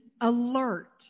alert